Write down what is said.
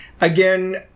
Again